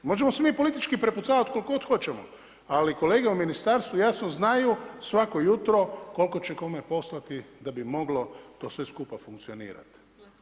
Možemo se mi politički prepucavati koliko god hoćemo ali kolege u ministarstvu jasno znaju svako jutro koliko će kome poslati da bi moglo to sve skupa funkcionirati.